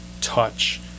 touch